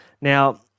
Now